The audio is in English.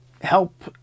help